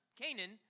Canaan